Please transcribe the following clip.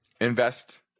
Invest